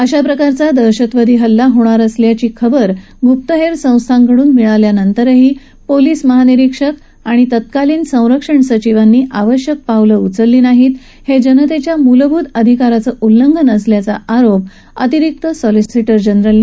अशा प्रकारचा दहशतवादी हल्ला होणार असल्याची माहिती ग्प्तहेर संस्थाकडून मिळाल्यानंतरही पोलीस महानिरीक्षक आणि तत्कालीन संरक्षण सचिवांनी आवश्यक पावले उचलली नाहीत हे जनतेच्या मूलभूत अधिकाराचे उल्लंघन आहे असा आरोप अतिरिक्त सॉलिसिटर जनरल यांनी केला